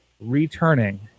returning